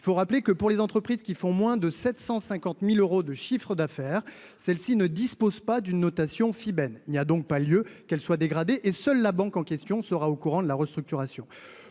il faut rappeler que pour les entreprises qui font moins de 750000 euros de chiffre d'affaires, celle-ci ne dispose pas d'une notation fille ben il y a donc pas lieu, qu'elle soit dégrader et seule la banque en question sera au courant de la restructuration